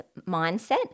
Mindset